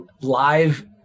live